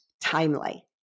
timely